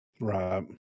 Right